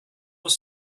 was